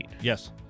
Yes